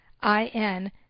I-N